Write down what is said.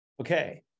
Okay